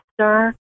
Sir